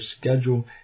schedule